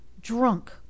Drunk